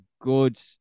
good